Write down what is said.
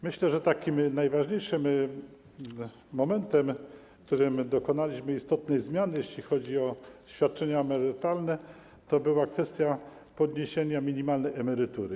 Myślę, że takim najważniejszym momentem, w którym dokonaliśmy istotnej zmiany, jeśli chodzi o świadczenia emerytalne, była kwestia podniesienia minimalnej emerytury.